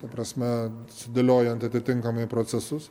ta prasme sudėliojant atitinkamai procesus